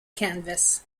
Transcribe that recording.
canvas